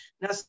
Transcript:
Now